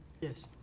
Yes